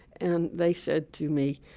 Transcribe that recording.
and they said to me,